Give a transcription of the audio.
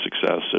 success